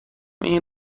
این